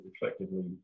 effectively